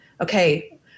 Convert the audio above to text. Okay